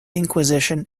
inquisition